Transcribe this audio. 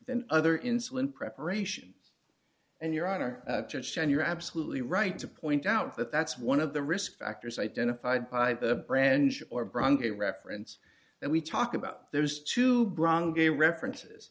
than other insulin preparation and you're on our church and you're absolutely right to point out that that's one of the risk factors identified by a branch or bronc a reference that we talk about there's two brown gay references